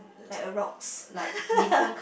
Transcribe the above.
like a rocks